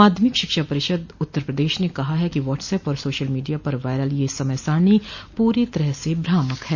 माध्यमिक शिक्षा परिषद उत्तर प्रदेश ने कहा है कि वाट्सऐप और सोशल मीडिया पर वायरल यह समय सारिणी पूरी तरह से भ्रामक है